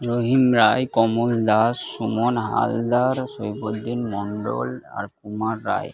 রহিম রায় কমল দাস সুমন হালদার সৈবুদ্দিন মন্ডল আর কুমার রায়